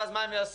ואז מה הם יעשו?